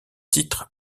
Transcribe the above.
titres